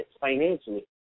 financially